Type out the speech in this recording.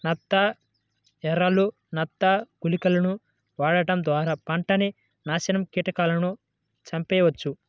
నత్త ఎరలు, నత్త గుళికలను వాడటం ద్వారా పంటని నాశనం కీటకాలను చంపెయ్యొచ్చు